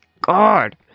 God